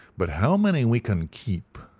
but how many we can keep.